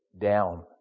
down